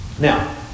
Now